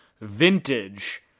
vintage